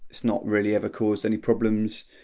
it's not really ever caused any problems.